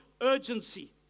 urgency